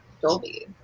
Dolby